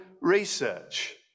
research